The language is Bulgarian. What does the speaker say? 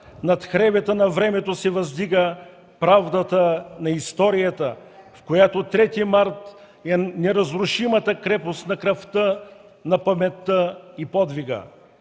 над хребета на времето се въздига правдата на историята, в която 3 март е неразрушимата крепост на кръвта, на паметта и подвига.